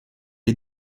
est